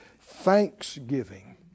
thanksgiving